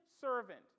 servant